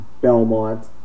Belmont